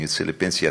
אני יוצא לפנסיה,